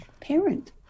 parent